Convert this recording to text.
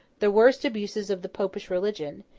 the worst abuses of the popish religion,